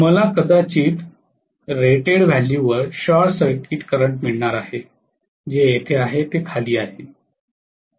मला कदाचित रेटेड व्हॅल्यूवर शॉर्ट सर्किट करंट मिळणार आहे जे येथे आहे ते खाली आहे